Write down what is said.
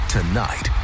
Tonight